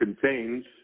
contains